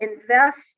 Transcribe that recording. invest